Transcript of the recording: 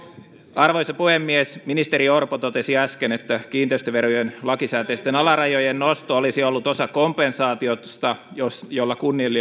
arvoisa puhemies ministeri orpo totesi äsken että kiinteistöveron lakisääteisten alarajojen nosto olisi ollut osa kompensaatiota jolla